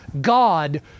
God